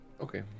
okay